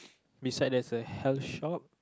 beside there's a health shop